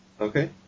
Okay